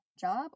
job